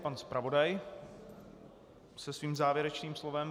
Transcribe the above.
Pan zpravodaj se svým závěrečným slovem.